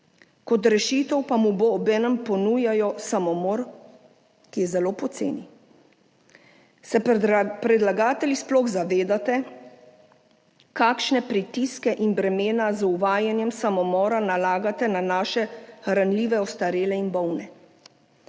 kot rešitev pa mu obenem ponujajo samomor, ki je zelo poceni. Se predlagatelji sploh zavedate, kakšne pritiske in bremena z uvajanjem samomora nalagate na naše ranljive, ostarele in bolne?